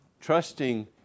trusting